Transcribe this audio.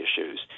issues